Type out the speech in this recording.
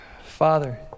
Father